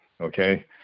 okay